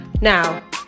Now